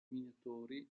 minatori